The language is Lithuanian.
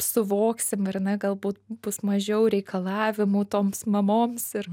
suvoksim ar ne galbūt bus mažiau reikalavimų toms mamoms ir